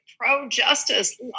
pro-justice